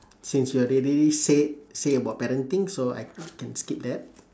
since you already said say about parenting so I can skip that